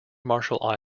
marshall